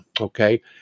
Okay